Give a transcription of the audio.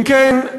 אם כן,